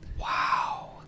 Wow